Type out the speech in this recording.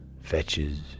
fetches